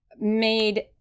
made